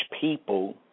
people